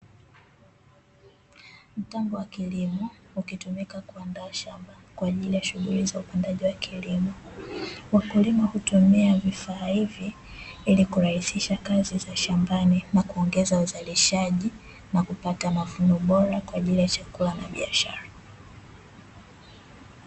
Mtambo wa kilimo, ukitumika kuaandaa shamba kwajili ya shughuli za upandaji wa kilimo. Wakulima hutumia vifaa hivi, ili kurahisisha kazi za shambani na kuongeza uzalishaji na kupata mavuno bora kwaajili ya chakula na biashara.